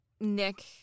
Nick